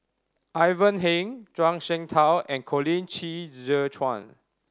Ivan Heng Zhuang Shengtao and Colin Qi Zhe Quan